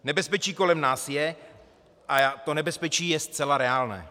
Nebezpečí kolem nás je a to nebezpečí je zcela reálné.